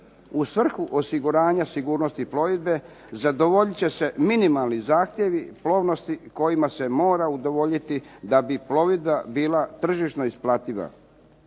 u svrhu osiguranja sigurnosti plovidbe, zadovoljit će se minimalni zahtjevi plovnosti kojima se mora udovoljiti da bi plovidba bila tržišno isplativa.